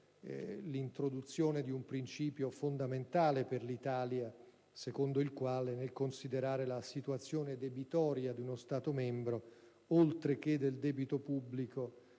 l'introduzione di un principio fondamentale per l'Italia secondo il quale, nel considerare la situazione debitoria di uno Stato membro, oltre che del debito pubblico,